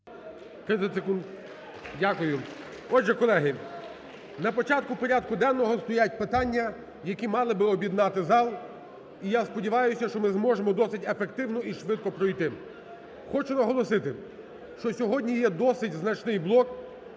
30 секунд. Дякую. Отже, колеги, на початку порядку денного стоять питання, які мали би об'єднати зал. І, я сподіваюся, що ми зможемо досить ефективно і швидко пройти. Хочу наголосити, що сьогодні є досить значний блок